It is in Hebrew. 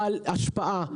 בעל השפעה.